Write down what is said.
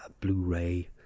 Blu-ray